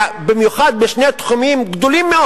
במיוחד בשני תחומים גדולים,